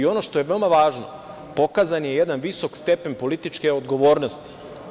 Ono što je veoma važno, pokazan je jedan visok stepen političke odgovornosti.